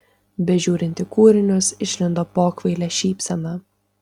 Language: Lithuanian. bežiūrint į kūrinius išlindo pokvailė šypsena